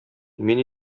мин